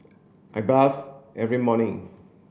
I bath every morning